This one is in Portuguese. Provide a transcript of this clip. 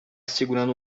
segurando